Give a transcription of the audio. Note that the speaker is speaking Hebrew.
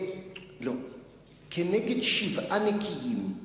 כנגד שבעה נקיים.